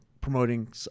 promoting